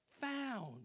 Found